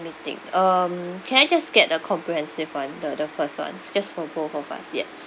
let me think um can I just get a comprehensive one the the first one just for both of us yes